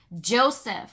Joseph